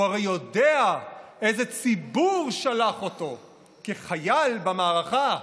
הוא הרי יודע איזה ציבור שלח אותו כחייל במערכה,